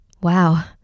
Wow